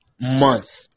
month